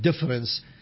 difference